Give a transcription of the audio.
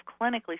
clinically